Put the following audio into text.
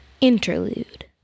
Interlude